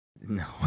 no